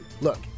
Look